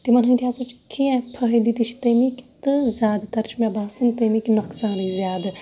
تِمن ہٕندۍ تہِ ہسا چھِ کیٚنٛہہ فٲیدٕ تہِ چھِ تَمیِکۍ تہٕ زیادٕ تَر چھُ مےٚ باسَن تَمیِکۍ نۄقصانٕے زیادٕ